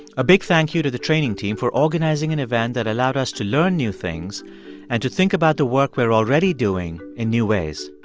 a big thank you to the training team for organizing an event that allowed us to learn new thing and to think about the work we're already doing in new ways